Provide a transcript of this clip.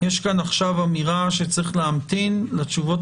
יש כאן עכשיו אמירה שצריך להמתין לתשובות